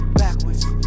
backwards